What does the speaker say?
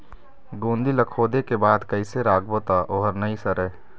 गोंदली ला खोदे के बाद कइसे राखबो त ओहर नई सरे?